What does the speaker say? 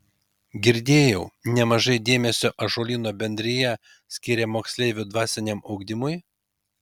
girdėjau nemažai dėmesio ąžuolyno bendrija skiria moksleivių dvasiniam ugdymui